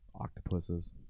Octopuses